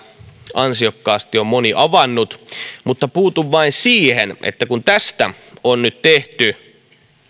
ansiokkaasti on moni avannut mutta puutun vain siihen että kun tästä on nyt tehty